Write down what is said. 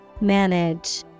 Manage